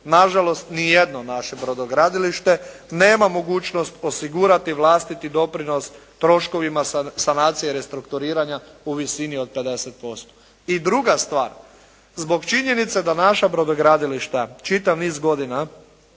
Na žalost ni jedno naše brodogradilište nema mogućnost osigurati vlastiti doprinos troškovima sanacije i restrukturiranja u visini od 50%. I druga stvar, zbog činjenice da naša brodogradilišta čitav niz godina,